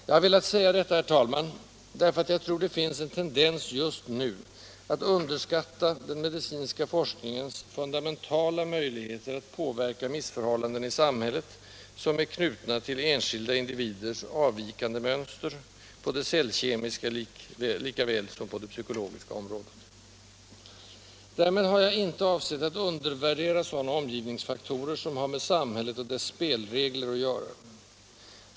Jag har velat säga detta, herr talman, därför att jag tror det finns en tendens just nu att underskatta den medicinska forskningens fundamentala möjligheter att påverka missförhållanden i samhället som är knutna till enskilda individers avvikande mönster — på det cellkemiska lika väl som på det psykologiska området. Därmed har jag inte avsett att undervärdera sådana omgivningsfaktorer som har med samhället och dess spelregler att göra.